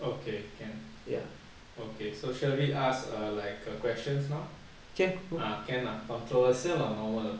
okay can okay so shall we ask err like err questions now ah can ah controversial or normal